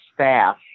staff